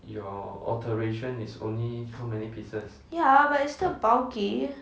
ya but it's still bulky